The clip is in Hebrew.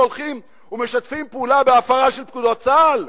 הולכים ומשתפים פעולה בהפרה של פקודות צה"ל?